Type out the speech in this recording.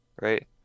right